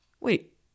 Wait